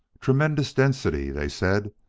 tremendous density they said.